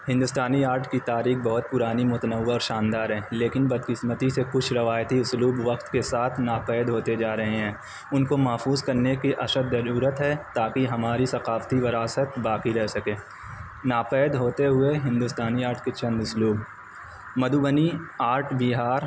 ہندوستانی آرٹ کی تاریخ بہت پرانی متنوع اور شاندار ہیں لیکن بد قسمتی سے کچھ روایتی اسلوب وقت کے ساتھ ناپید ہوتے جا رہے ہیں ان کو محفوظ کرنے کی اشد ضرورت ہے تاکہ ہماری ثقافتی وراثت باقی رہ سکے ناپید ہوتے ہوئے ہندوستانی آرٹ کے چند اسلوب مدھوبنی آرٹ بہار